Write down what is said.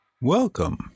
Welcome